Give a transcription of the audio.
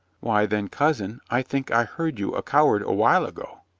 why, then, cousin, i think i heard you a coward a while ago.